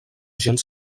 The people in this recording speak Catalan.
gens